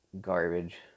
garbage